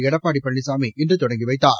எடப்பாடி பழனிசாமி இன்று தொடங்கி வைத்தார்